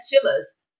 chillers